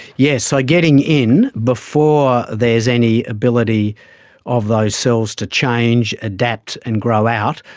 yes, so getting in before there's any ability of those cells to change, adapt and grow out,